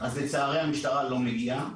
לצערי המשטרה לא מגיעה.